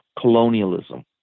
Colonialism